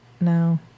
No